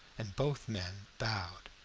and both men bowed.